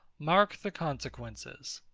mark the consequences.